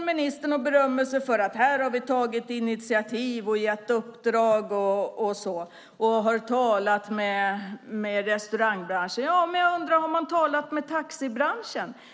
Ministern berömmer sig för att ni har tagit initiativ, gett uppdrag och talat med restaurangbranschen. Men jag undrar om man har talat med taxibranschen.